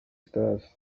stars